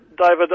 David